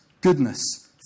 goodness